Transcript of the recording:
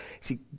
See